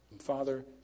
Father